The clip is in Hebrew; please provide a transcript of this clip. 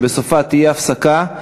שבסופה תהיה הפסקה,